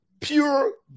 pure